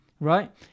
right